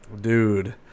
Dude